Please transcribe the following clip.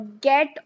get